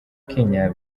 kenya